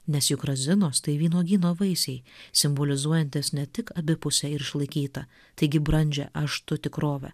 nes juk razinos tai vynuogyno vaisiai simbolizuojantys ne tik abipusę ir išlaikytą taigi brandžią aš tu tikrovę